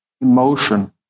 emotion